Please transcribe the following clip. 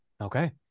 Okay